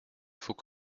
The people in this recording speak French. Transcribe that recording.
faut